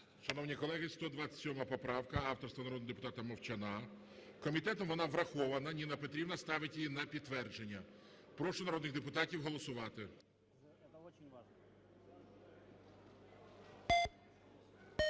Шановні колеги, 127 поправка авторства народного депутата Мовчана. Комітетом вона врахована. Ніна Петрівна ставить її на підтвердження. Прошу народних депутатів голосувати.